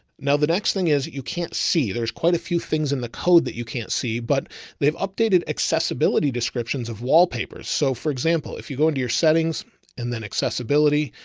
now the next thing is you can't see, there's quite a few things in the code that you can't see, but they've updated accessibility, descriptions of wallpapers. so for example, if you go into your settings and then accessibility,